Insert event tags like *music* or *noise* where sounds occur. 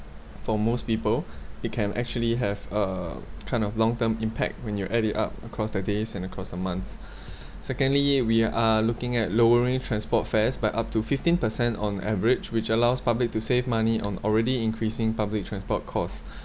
for most people it can actually have a kind of long term impact and you add it up across the days and across the months *breath* secondly we are looking at lowering transport fares by up to fifteen percent on average which allows public to save money on already increasing public transport costs *breath*